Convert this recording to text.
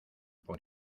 por